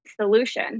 solution